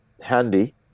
handy